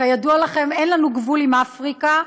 כידוע לכם, אין לנו גבול עם אפריקה,